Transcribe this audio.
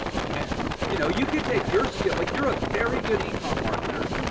yeah you know, you could take your skill. like you're a very good e-comm marketer.